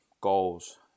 goals